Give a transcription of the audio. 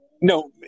No